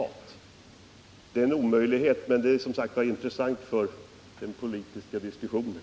Att dessa båda herrar är överens är alltså en omöjlighet, men det som här har sagts är intressant för den politiska diskussionen.